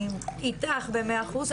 אני איתך במאה אחוז,